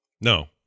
no